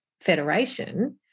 Federation